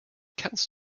kannst